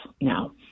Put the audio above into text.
now